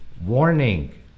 warning